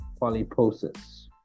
polyposis